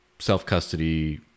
self-custody